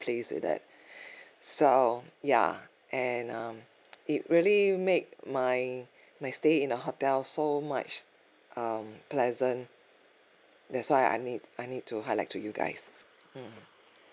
pleased with that so ya and um it really make my my stay in the hotel so much um pleasant that's why I I need I need to highlight to you guys mm